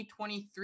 2023